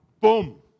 boom